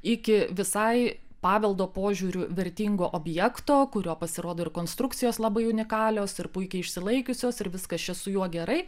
iki visai paveldo požiūriu vertingo objekto kurio pasirodo ir konstrukcijos labai unikalios ir puikiai išsilaikiusios ir viskas čia su juo gerai